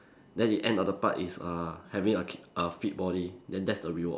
then the end of the part is uh having a ki~ a fit body then that's the reward